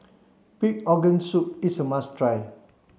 pig organ soup is a must try